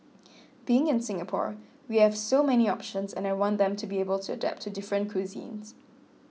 being in Singapore we have so many options and I want them to be able to adapt to different cuisines